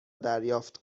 دریافت